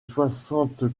soixante